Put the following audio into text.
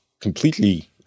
completely